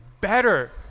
better